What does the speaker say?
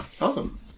Awesome